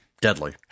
deadly